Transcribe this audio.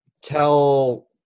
tell